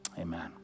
Amen